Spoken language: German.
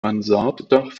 mansarddach